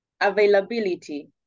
availability